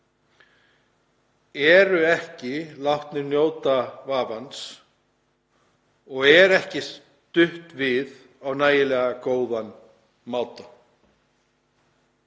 eru ekki látnir njóta vafans og ekki stutt við þá á nægilega góðan máta.